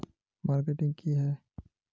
Marketing की है?